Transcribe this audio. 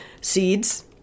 Seeds